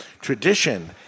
tradition